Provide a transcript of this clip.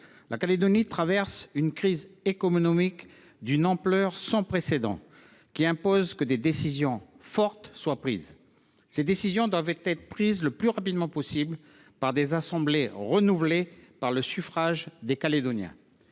Le territoire traverse une crise économique d’une ampleur sans précédent, qui impose des décisions fortes. Celles ci doivent être prises le plus rapidement possible, par des assemblées renouvelées par le suffrage des Calédoniens.